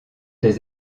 des